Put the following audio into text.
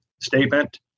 statement